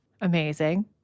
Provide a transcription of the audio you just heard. amazing